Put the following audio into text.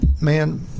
man